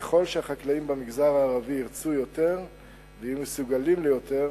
שככל שהחקלאים במגזר הערבי ירצו יותר ויהיו מסוגלים ליותר,